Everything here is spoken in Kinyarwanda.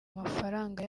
amafaranga